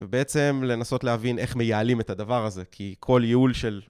ובעצם לנסות להבין איך מייעלים את הדבר הזה, כי כל ייעול של...